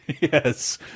Yes